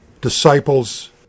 disciples